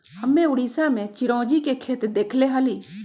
हम्मे उड़ीसा में चिरौंजी के खेत देखले हली